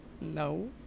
no